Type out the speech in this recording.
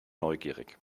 neugierig